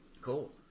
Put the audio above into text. Cool